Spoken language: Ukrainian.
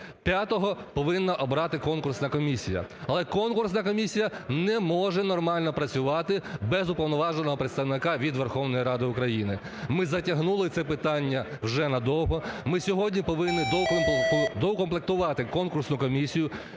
п'ятого повинна обрати конкурсна комісія. Але конкурсна комісія не може нормально працювати без уповноваженого представника від Верховної Ради України. Ми затягнули це питання вже надовго, ми сьогодні повинні доукомплектувати конкурсну комісію,